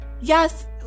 Yes